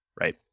right